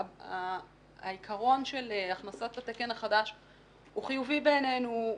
העיקרון של הכנסת התקן החדש הוא חיובי בעינינו.